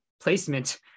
placement